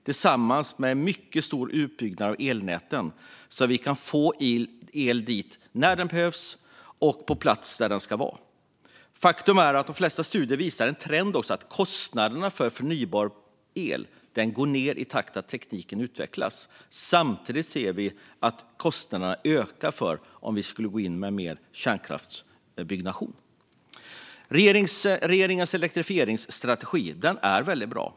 Vi behöver också göra en mycket stor utbyggnad av elnäten så att vi kan få el till den plats där den behövs, när den behövs. Faktum är att de flesta studier visar på en trend att kostnaden för förnybar el går ned i takt med att tekniken utvecklas. Samtidigt ser vi att kostnaderna ökar om vi skulle gå in med mer kärnkraftsbyggnation. Regeringens elektrifieringsstrategi är väldigt bra.